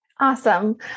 Awesome